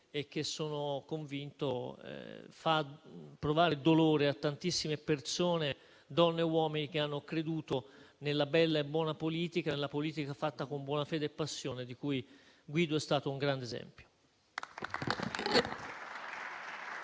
e che sono convinto faccia provare dolore a tantissime persone, donne e uomini, che hanno creduto nella bella e buona politica, nella politica fatta con buona fede e passione, di cui Guido è stato un grande esempio.